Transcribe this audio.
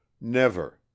Never